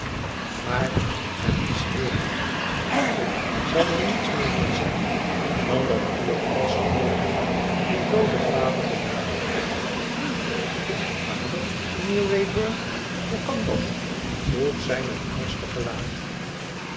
maar het is heel goeh ik zal er niets meer van zeggen dan dat uw valsche hoogmoed uw dooden vader benadeelt mijn vader mijnheer wraybum hoe kan dat vroeg zij met angstig gelaat